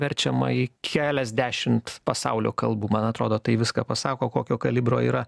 verčiama į keliasdešimt pasaulio kalbų man atrodo tai viską pasako kokio kalibro yra